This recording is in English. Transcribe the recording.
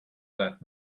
that